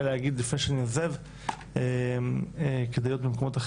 מאוד להגיד לפני שאני עוזב כדי להיות נוכח גם בדיונים אחרים.